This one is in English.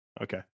Okay